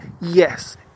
Yes